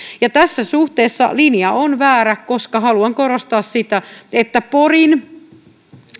tässä suhteessa linja on väärä koska haluan korostaa sitä että porin